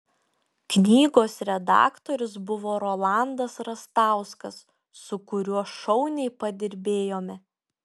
knygos redaktorius buvo rolandas rastauskas su kuriuo šauniai padirbėjome